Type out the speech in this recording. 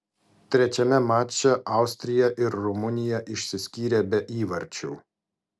trečiame mače austrija ir rumunija išsiskyrė be įvarčių